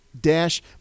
dash